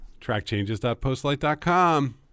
Trackchanges.postlight.com